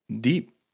deep